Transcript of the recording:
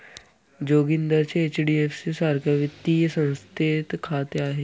जोगिंदरचे एच.डी.एफ.सी सारख्या वित्तीय संस्थेत खाते आहे